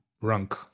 rank